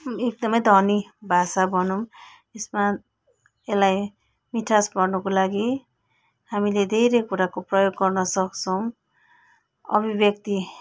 एकदमै धनी भाषा भनौँ यसमा यसलाई मिठास भर्नुको लागि हामीले धेरै कुराको प्रयोग गर्न सक्छौँ अभिव्यक्ति